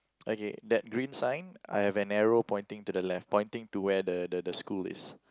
okay that green sign I have an arrow pointing to the left pointing to where the the the school is